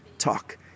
talk